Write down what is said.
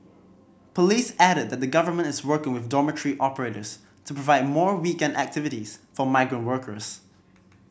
police added that the Government is work with dormitory operators to provide more weekend activities for migrant workers